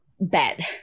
bad